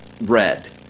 red